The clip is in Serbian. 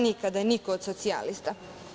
Nikada, niko od socijalista!